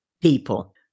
people